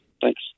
Thanks